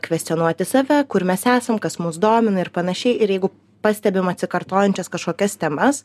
kvestionuoti save kur mes esam kas mus domina ir panašiai ir jeigu pastebim atsikartojančias kažkokias temas